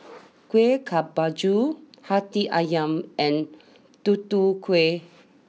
Kueh Kemboja Hati Ayam and Tutu Kueh